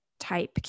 type